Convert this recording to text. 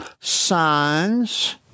signs